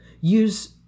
use